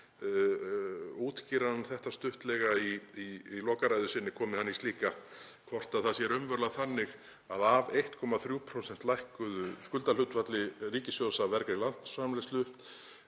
hann þetta stuttlega í lokaræðu sinni komi hann í slíka, hvort það sé raunverulega þannig að af 1,3% lækkuðu skuldahlutfalli ríkissjóðs af vergri landsframleiðslu